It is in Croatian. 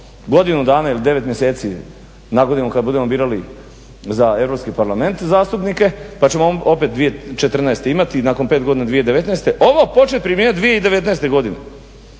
godinu dana ili 9 mjeseci nagodinu kad budemo birali za Europski parlament zastupnike pa ćemo opet 2014. imati i nakon pet godina 2019., a ovo početi primjenjivati 2019. godine.